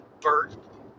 Bert